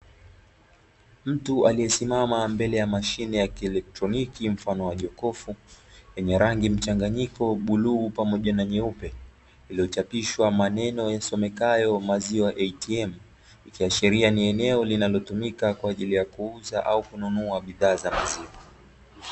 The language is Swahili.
Mtu aliesimama mbele ya mashine ya kieletronoki mfano wa jokofu yenye rangi mchanganyiko bluu pamoja na nyeupe, iliyochapishwa maneno yasomekayo "mazwa ATM" ikiashiria ni eneo linalotumika kwaajili ya kuuza au kununua bidhaa za maziwa .